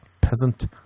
peasant